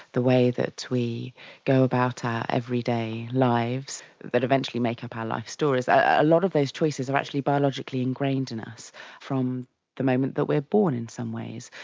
the way that we go about our everyday lives that eventually make up our life stories, a lot of those choices are actually biologically ingrained in us from the moment that we are born in some ways.